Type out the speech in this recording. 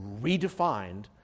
redefined